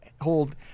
hold